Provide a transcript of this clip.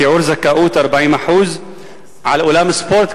שיעור זכאות 40%; על אולם ספורט,